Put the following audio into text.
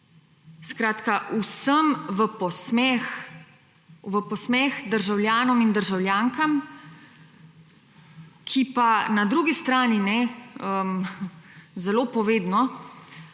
posmeh, v posmeh državljanom in državljankam, ki pa na drugi strani zelo povedno